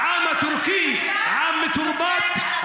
העם הטורקי הוא עם מתורבת,